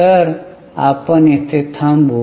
तर आपण येथे थांबू